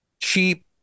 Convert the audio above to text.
cheap